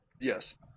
Yes